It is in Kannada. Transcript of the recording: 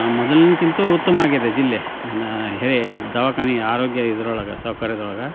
ಮೊದಲಿನ್ಕಿಂತೂ ಉತ್ತಮವಾಗಿದೆ ಜಿಲ್ಲೆ ಹೆ ದವಾಖಾನೆ ಆರೋಗ್ಯ ಇದ್ರೊಳಗೆ ಸೌಕರ್ಯದೊಳಗೆ